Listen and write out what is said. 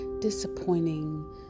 disappointing